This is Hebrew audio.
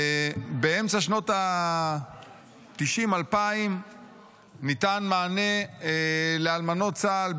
באמצע שנות התשעים-אלפיים ניתן מענה לאלמנות צה"ל,